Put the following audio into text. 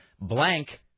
blank